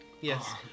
Yes